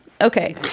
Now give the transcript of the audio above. okay